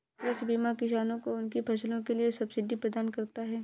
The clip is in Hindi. कृषि बीमा किसानों को उनकी फसलों के लिए सब्सिडी प्रदान करता है